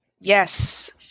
Yes